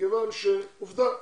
מכיוון שעובדה,